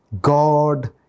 God